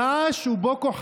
דאעש ובוקו חראם".